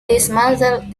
dismantled